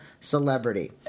Celebrity